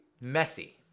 messy